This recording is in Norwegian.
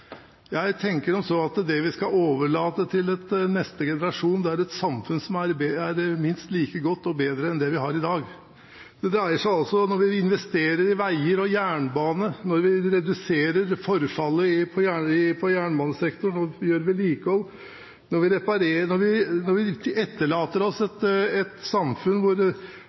tenker som så at det vi skal overlate til neste generasjon, er et samfunn som er minst like godt eller bedre enn det vi har i dag. Når vi investerer i veier og jernbane, når vi reduserer forfallet på jernbanesektoren og gjør vedlikehold, når vi etterlater oss et samfunn hvor de sosiale godene er ivaretatt, når vi